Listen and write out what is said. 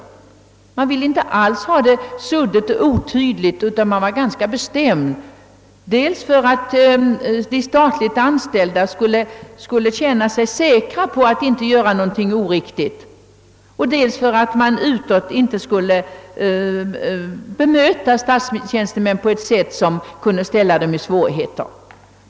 Högern ville tidigare inte alls ha det suddigt och otydligt utan ville ha klara regler dels för att de statligt anställda skall känna sig säkra på att inte göra någonting oriktigt, dels för att statstjänstemän inte skall bemötas med erbjudanden på ett sätt som kan ställa dem i svårigheter.